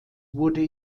wurde